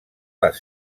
les